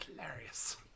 hilarious